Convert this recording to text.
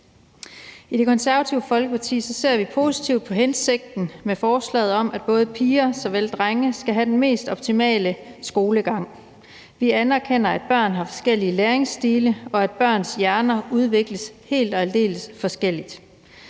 I Det Konservative Folkeparti ser vi positivt på hensigten med forslaget om, at både piger og drenge skal have den mest optimale skolegang. Vi anerkender, at børn har forskellige læringsstile, og at børns hjerner udvikles helt og aldeles forskelligt.